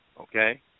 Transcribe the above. okay